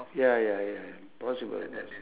ya ya ya ya possible possible